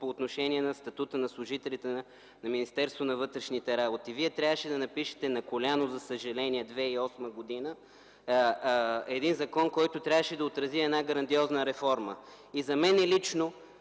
по отношение на статута на служителите на Министерството на вътрешните работи. Вие трябваше да напишете на коляно, за съжаление, през 2008 г. закон, който трябваше да отрази една грандиозна реформа. За мен лично